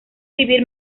vivir